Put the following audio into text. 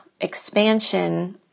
expansion